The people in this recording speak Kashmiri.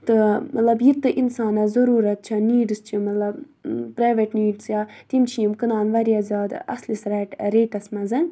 تہٕ مطلب یہِ تہِ اِنسانَس ضٔروٗرت چھےٚ نیٖڈٕز چھِ مطلب پرٛایویٹ نیٖڈٕز یا تِم چھِ یِم کٕنان واریاہ زیادٕ اَصلِس ریٹ ریٹَس منٛزَن